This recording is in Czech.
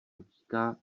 utíká